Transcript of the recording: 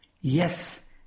Yes